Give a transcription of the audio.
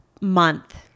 month